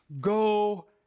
Go